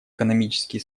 экономический